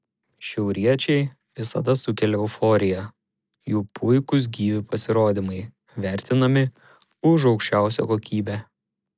šiauriečiai visada sukelia euforiją jų puikūs gyvi pasirodymai vertinami už aukščiausią kokybę